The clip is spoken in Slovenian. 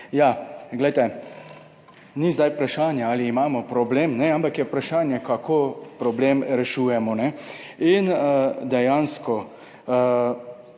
Ja, glejte, ni zdaj vprašanje ali imamo problem, ampak je vprašanje, kako problem rešujemo. In dejansko